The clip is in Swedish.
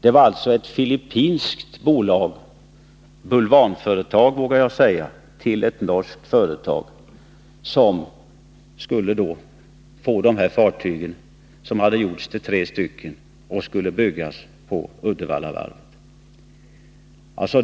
Det var alltså ett filippinskt företag, jag vågar säga bulvanföretag till ett norskt företag, som skulle få de här pengarna för anskaffande av fartyg, tre stycken, som skulle byggas av Uddevallavarvet.